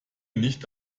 nicht